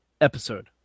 episode